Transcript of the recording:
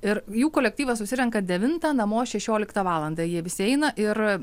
ir jų kolektyvas susirenka devintą namo šešioliktą valandą jie visi eina ir